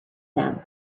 them